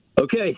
Okay